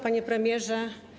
Panie Premierze!